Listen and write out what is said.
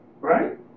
right